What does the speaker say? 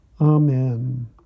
amen